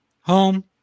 home